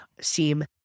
seem